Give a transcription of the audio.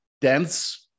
dense